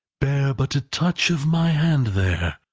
bear but a touch of my hand there,